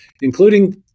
including